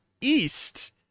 East